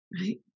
right